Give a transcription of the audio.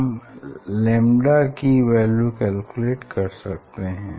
हम लैम्डा की value calculate कर सकते हैं